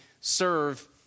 serve